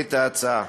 את ההצעה.